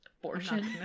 abortion